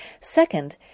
Second